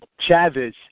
Chavez